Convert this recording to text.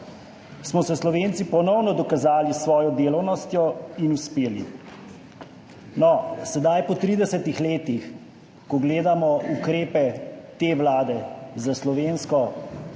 smo se Slovenci ponovno dokazali s svojo delavnostjo in uspeli. No, sedaj, po 30 letih, ko gledamo ukrepe te vlade za slovensko